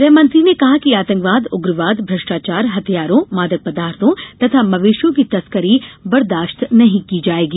गृहमंत्री ने कहा कि आतंकवाद उग्रवाद भ्रष्टाचार हथियारों मादक पदार्थों तथा मवेशियों की तस्करी बर्दाशत नहीं की जायेगी